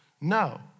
No